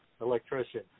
electrician